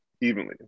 Evenly